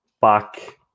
back